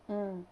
mm